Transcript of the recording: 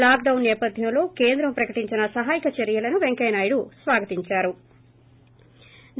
lockdown నేపథ్యంలో కేంద్రం ప్రకటించిన సహాయక చర్యలను పెంకయ్య నాయడు స్వాగతించారు